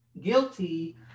guilty